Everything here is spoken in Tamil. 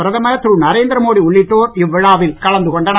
பிரதமர் திரு நரேந்திரமோடி உள்ளிட்டோர் இவ்விழாவில் கலந்து கொண்டனர்